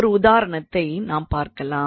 ஒரு உதாரணத்தை நாம் பார்க்கலாம்